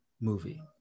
movie